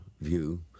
view